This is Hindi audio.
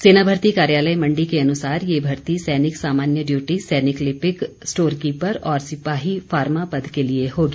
सेना भर्ती कार्यालय मण्डी के अनुसार ये भर्ती सैनिक सामान्य डयूटी सैनिक लिपिक स्टोरकीपर और सिपाही फार्मा पद के लिए होगी